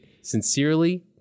Sincerely